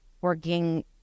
working